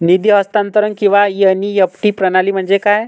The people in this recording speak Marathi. निधी हस्तांतरण किंवा एन.ई.एफ.टी प्रणाली म्हणजे काय?